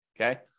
okay